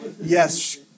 Yes